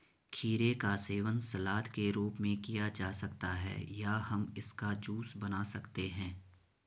खीरे का सेवन सलाद के रूप में किया जा सकता है या हम इसका जूस बना सकते हैं